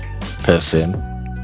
person